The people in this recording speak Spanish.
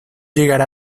llegar